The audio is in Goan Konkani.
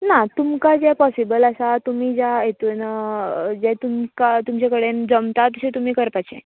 ना तुमका जें पॉरिबल आसा तुमी ज्या हेतून हे तुमका तुमचे कडेन जमता तशें तुमी करपाचें